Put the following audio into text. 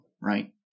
right